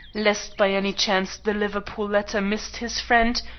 lest by any chance the liverpool letter missed his friend,